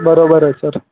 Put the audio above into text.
बरोबर आहे सर